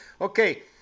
Okay